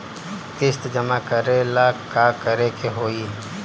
किस्त जमा करे ला का करे के होई?